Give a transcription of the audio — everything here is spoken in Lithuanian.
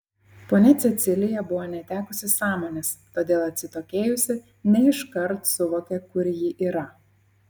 ponia cecilija buvo netekusi sąmonės todėl atsitokėjusi ne iškart suvokė kur ji yra